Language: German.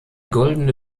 goldene